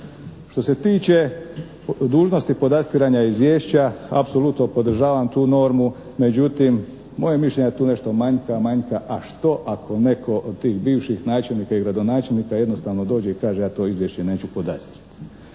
Što se tiče dužnosti podastiranja izvješća, apsolutno podržavam tu normu, međutim moje je mišljenje da tu nešto manjka, manjka, a što ako netko od tih bivših načelnika i gradonačelnika jednostavno dođe i kaže ja to izvješće neću podastrijeti.